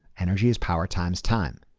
energy is power times time.